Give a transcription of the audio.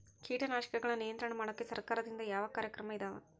ಕೇಟನಾಶಕಗಳ ನಿಯಂತ್ರಣ ಮಾಡೋಕೆ ಸರಕಾರದಿಂದ ಯಾವ ಕಾರ್ಯಕ್ರಮ ಇದಾವ?